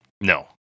No